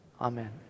Amen